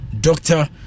doctor